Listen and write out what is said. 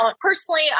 Personally